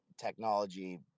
technology